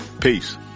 peace